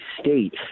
state